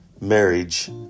marriage